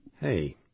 hey